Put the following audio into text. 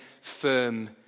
firm